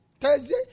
Thursday